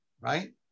right